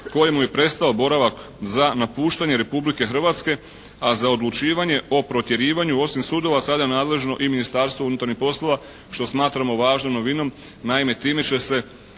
kojemu je prestao boravak za napuštanje Republike Hrvatske, a za odlučivanje o protjerivanju osim sudova sada je nadležno i Ministarstvo unutarnjih poslova što smatramo važnom novinom. Naime time će se